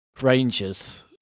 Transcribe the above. Rangers